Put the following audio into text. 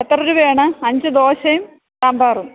എത്ര രൂപയാണ് അഞ്ച് ദോശയും സാമ്പാറും